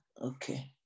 Okay